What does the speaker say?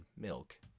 milk